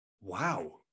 wow